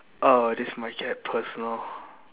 oh this might get personal